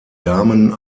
damen